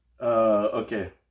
Okay